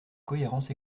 cohérence